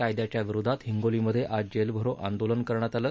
कायद्याच्या विरोधात हिंगोलीमध्ये आज जेलभरो आंदोलन करण्यात आलं